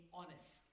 honest